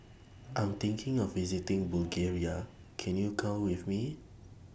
I'm thinking of visiting Bulgaria Can YOU Go with Me